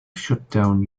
shutdown